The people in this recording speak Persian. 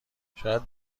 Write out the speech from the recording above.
شاید